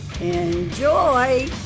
Enjoy